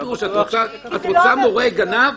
את רוצה מורה גנב?